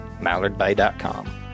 mallardbay.com